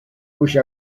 wish